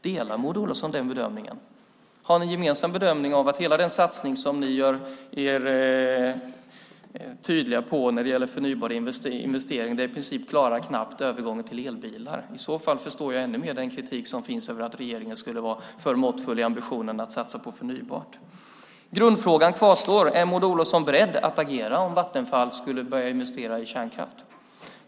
Delar Maud Olofsson den bedömningen? Har ni en gemensam bedömning om att hela den satsning som ni är tydliga med när det gäller förnybara investeringar i princip knappt klarar övergången till elbilar? I så fall förstår jag ännu mer den kritik som finns mot att regeringen skulle vara för måttfull i ambitionen att satsa på det som är förnybart. Grundfrågan kvarstår: Är Maud Olofsson beredd att agera om Vattenfall skulle börja investera i kärnkraft?